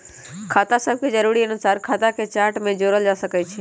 खता सभके जरुरी अनुसारे खता के चार्ट में जोड़ल जा सकइ छै